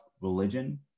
religion